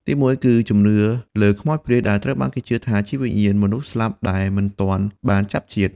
ទីមួយ គឺជំនឿលើខ្មោចព្រាយដែលត្រូវបានគេជឿថាជាវិញ្ញាណមនុស្សស្លាប់ដែលនៅមិនទាន់បានចាប់ជាតិ។